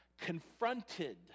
confronted